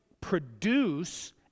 produce